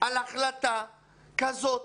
על החלטה כזאת